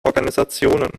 organisationen